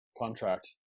contract